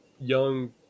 young